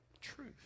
truth